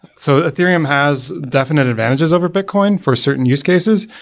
so ethereum has definite advantages over bitcoin for certain use cases.